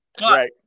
Right